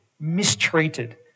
mistreated